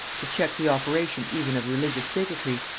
to check the operation even of religious bigotry,